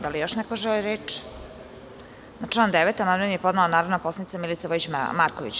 Da li još neko želi reč? (Ne.) Na član 9. amandman je podnela narodna poslanica Milica Vojić Marković.